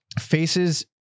Faces